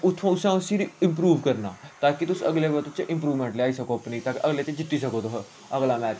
उत्थुं उसी इंप्रूव करना ता कि तुस अगले मैच च इंप्रूवमेंट लेई सको अगले च जित्ती सको तुस अगला मैच